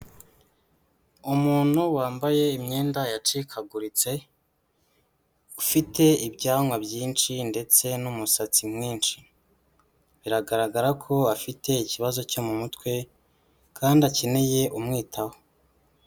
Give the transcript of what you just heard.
Umuntu wambaye imyenda yacikaguritse, ufite ibyanwa byinshi ndetse n'umusatsi mwinshi, biragaragara ko afite ikibazo cyo mu mutwe kandi akeneye umwitaho.